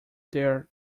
their